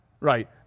Right